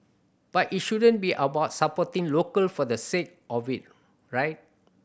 but it shouldn't be about supporting local for the sake of it right